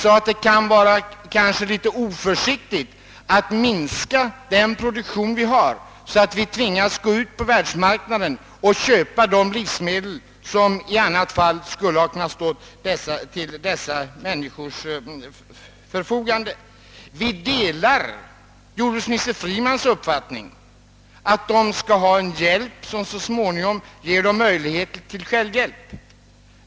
Däremot sade vi att det kanske var oförsiktigt att skära ned den nuvarande produktionen så starkt, att vi blev tvungna att gå ut på världsmarknaden och köpa livsmedel som i annat fall skulle ha kunnat gå till u-länderna. Vi delar jordbruksminister Freemans uppfattning att hjälpen till u-länderna så småningom skall övergå till självhjälp.